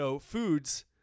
foods